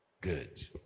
good